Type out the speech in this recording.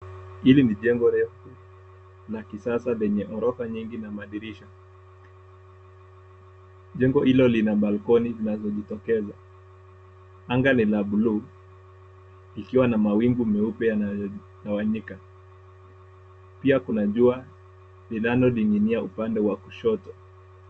Hili ni jengo refu la kisasa lenye orofa nyingi na madirisha, jengo hilo lina balconi zinazojitokeza ,anga ni la buluu ikiwa na mawingu meupe yanayotawanyika, pia kuna jua linalonginginia upande wa kushoto.